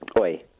Oi